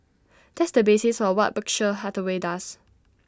that's the basis for what Berkshire Hathaway does